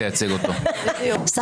היום ייערכו הצבעות בנושא חוק בתי המשפט (תיקון מס' 105)